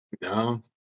No